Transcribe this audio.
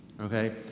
Okay